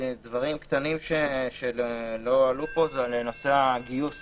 דברים קטנים שלא עלו פה: נושא הגיוס